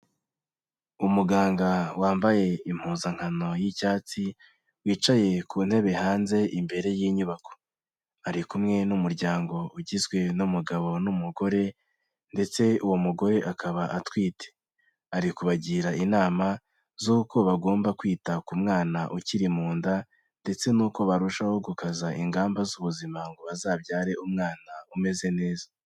Umuganga wambaye impuzankano y'icyatsi wicaye ku ntebe hanze imbere y'inyubako, ari kumwe n'umuryango ugizwe n'umugabo n'umugore ndetse uwo mugore akaba atwite, ari kubagira inama z'uko bagomba kwita ku mwana ukiri mu nda ndetse n'uko barushaho gukaza ingamba z'ubuzima ngo bazabyare umwana umeze neza.